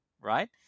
right